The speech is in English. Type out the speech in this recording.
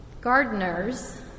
Gardeners